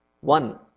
One